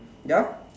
ya